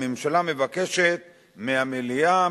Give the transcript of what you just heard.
הממשלה מבקשת מהמליאה,